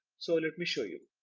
so let me show you